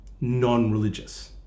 non-religious